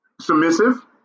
submissive